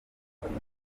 petero